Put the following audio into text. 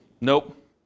Nope